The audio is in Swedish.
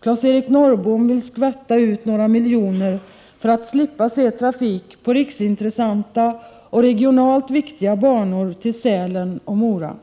Claes-Eric Norrbom vill skvätta ut några miljoner för att slippa se trafik på riksintressanta och regionalt viktiga banor till Sälen och Mora.